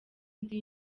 ndi